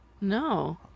No